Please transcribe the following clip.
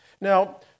Now